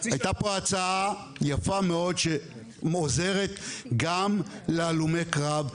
הייתה פה הצעה יפה מאוד שעוזרת גם להלומי קרב,